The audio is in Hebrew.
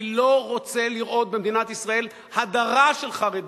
אני לא רוצה לראות במדינת ישראל הדרה של חרדים.